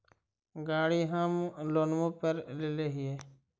गाड़ी हम लोनवे पर लेलिऐ हे?